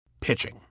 Pitching